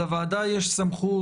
לוועדה יש סמכות,